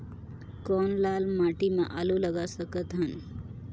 कौन लाल माटी म आलू लगा सकत हन?